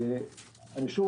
שוב